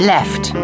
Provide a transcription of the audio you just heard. Left